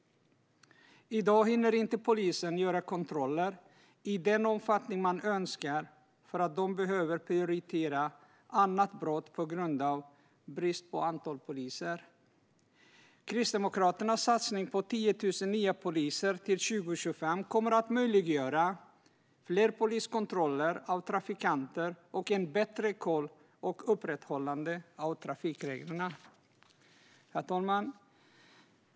I dag hinner inte polisen göra kontroller i den omfattning man önskar, eftersom de behöver prioritera andra brott på grund av bristen på poliser. Kristdemokraternas satsning på 10 000 nya poliser till 2025 kommer att möjliggöra fler poliskontroller av trafikanter, bättre koll och bättre upprätthållande av trafikreglerna. Herr talman!